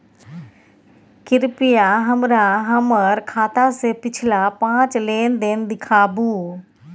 कृपया हमरा हमर खाता से पिछला पांच लेन देन देखाबु